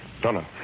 Donna